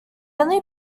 only